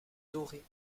doré